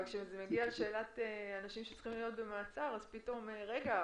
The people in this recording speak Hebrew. אבל כשזה מגיע לשאלת אנשים שצריכים להיות במעצר פתאום: רגע,